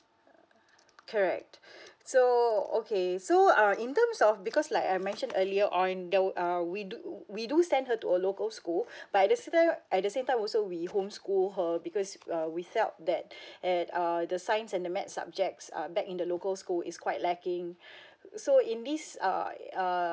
correct so okay so err in terms of because like I've mentioned earlier on that'll err we do we do send her to a local school but at the at the same time also we homeschooled her because uh we felt that at uh the science and the maths subjects uh back in the local school is quite lacking so in this uh uh